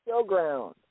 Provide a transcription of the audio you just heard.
Showground